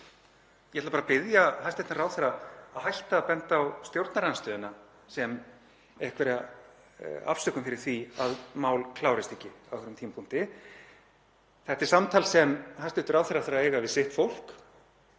Ég ætla bara að biðja hæstv. ráðherra að hætta að benda á stjórnarandstöðuna sem einhverja afsökun fyrir því að mál klárist ekki á þessum tímapunkti. Þetta er samtal sem hæstv. ráðherra þarf að eiga við sitt fólk